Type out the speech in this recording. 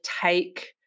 take